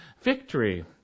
victory